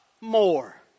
more